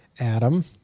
Adam